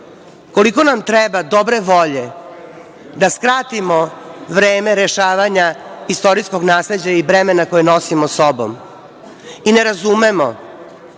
koliko nam treba dobre volje da skratimo vreme rešavanja istorijskog nasleđa i bremena koji nosimo sobom i ne razumemo